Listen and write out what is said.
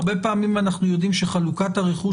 הרבה פעמים אנחנו יודעים שחלוקת הרכוש